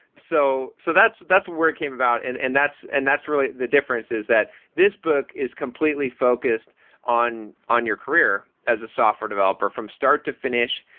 so so that's that's where it came about and and that's and that's really the difference is that this book is completely focused on on your career as a software developer from start to finish.